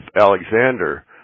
Alexander